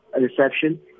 reception